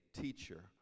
teacher